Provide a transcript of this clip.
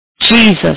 Jesus